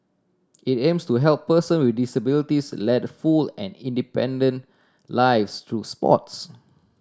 it aims to help person with disabilities lead full and independent lives through sports